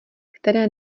které